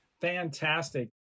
Fantastic